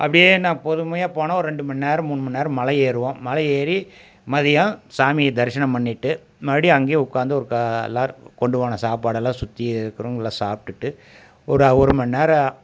அப்படியே என்ன பொறுமையாக போனால் ஒரு ரெண்டு மணி நேரம் மூணு மணி நேரம் மலை ஏறுவோம் மலை ஏறி மதியம் சாமியை தரிசனம் பண்ணிவிட்டு மறுபடி அங்கேயே உட்காந்து ஒருக்கா எல்லாேரும் கொண்டு போன சாப்பாடெல்லாம் சுற்றி இருக்கிறவங்க எல்லாம் சாப்பிட்டுட்டு ஒரு ஒரு மணி நேரம்